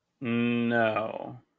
No